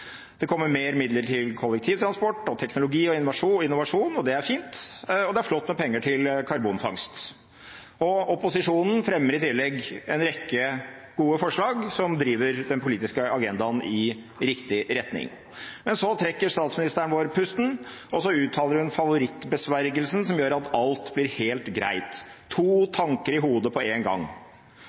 Det kommer mer midler til kollektivtransport, teknologi og innovasjon, og det er fint. Og det er flott med penger til karbonfangst. Opposisjonen fremmer i tillegg en rekke gode forslag som driver den politiske agendaen i riktig retning. Men så trekker statsministeren vår pusten, og så uttaler hun favorittbesvergelsen som gjør at alt blir helt greit: to tanker i hodet på en gang.